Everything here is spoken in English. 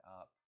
up